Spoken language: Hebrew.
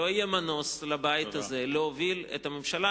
לא יהיה מנוס לבית הזה מלהוביל את הממשלה.